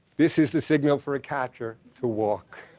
this is the signal for a catcher to walk